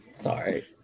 sorry